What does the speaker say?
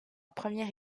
première